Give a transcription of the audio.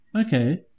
Okay